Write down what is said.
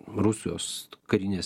rusijos karinės